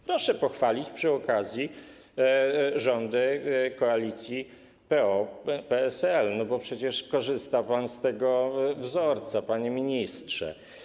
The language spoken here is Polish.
Proszę pochwalić przy okazji rządy koalicji PO-PSL, bo przecież korzysta pan z tego wzorca, panie ministrze.